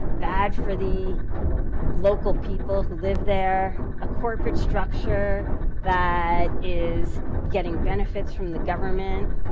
bad for the local people who live there, a corporate structure that is getting benefits from the government,